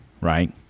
right